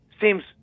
seems